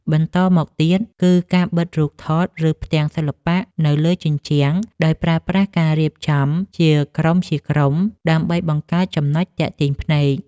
បន្តមកទៀត គឺការបិទរូបថត ឬផ្ទាំងសិល្បៈនៅលើជញ្ជាំង ដោយប្រើប្រាស់ការរៀបចំជាក្រុមៗដើម្បីបង្កើតចំណុចទាក់ទាញភ្នែក។